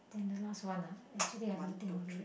than the last one ah actually I haven't think of it